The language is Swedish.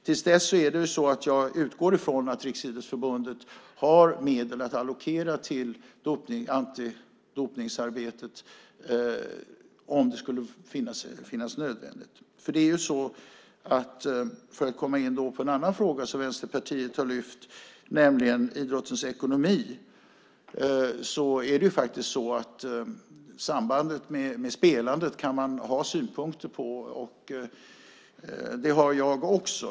Till dess utgår jag ifrån att Riksidrottsförbundet har medel att allokera till antidopningsarbetet om det visar sig nödvändigt. Jag kommer då in på en annan fråga som Vänsterpartiet har lyft upp, nämligen idrottens ekonomi. Man kan ju ha synpunkter på sambandet med spelandet. Det har jag också.